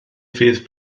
fydd